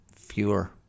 fewer